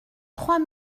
trois